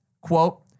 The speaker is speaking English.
Quote